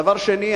דבר שני,